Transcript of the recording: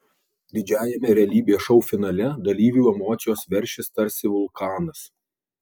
didžiajame realybės šou finale dalyvių emocijos veršis tarsi vulkanas